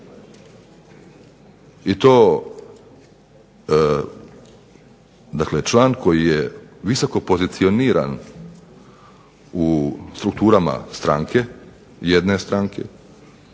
dakle član koji je visoko pozicioniran u strukturama stranke,